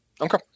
Okay